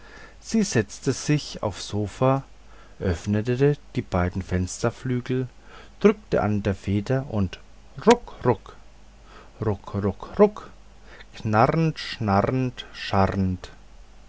sie setzte sich aufs sofa öffnete die beiden fensterflügel drückte an der feder und ruck ruck ruck ruck ruck knarrend schnarrend scharrend